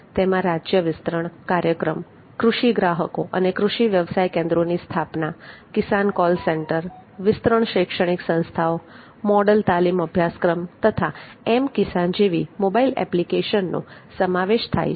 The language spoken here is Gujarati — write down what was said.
તેમાં રાજ્ય વિસ્તરણ કાર્યક્રમ કૃષિ ગ્રાહકો અને કૃષિ વ્યવસાય કેન્દ્રોની સ્થાપના કિસાન કોલ સેન્ટર વિસ્તરણ શૈક્ષણિક સંસ્થાઓ મોડલ તાલીમ અભ્યાસક્રમ તથા m kissan જેવી મોબાઈલ એપ્લીકેશનનો સમાવેશ થાય છે